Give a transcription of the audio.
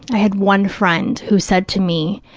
i had one friend who said to me,